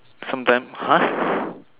sometime !huh!